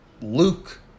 Luke